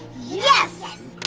yes!